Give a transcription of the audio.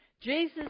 Jesus